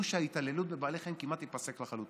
שההתעללות בבעלי חיים כמעט תיפסק לחלוטין.